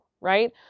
right